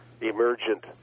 emergent